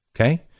Okay